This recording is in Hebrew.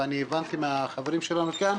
ואני הבנתי מהחברים שלנו שם,